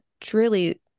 truly